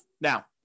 Now